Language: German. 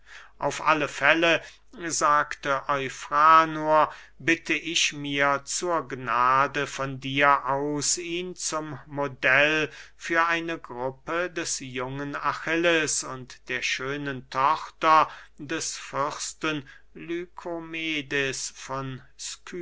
auf alle fälle sagte eufranor bitte ich mir zur gnade von dir aus ihn zum modell für eine gruppe des jungen achilles und der schönen tochter des fürsten lykomedes von